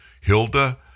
Hilda